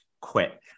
quit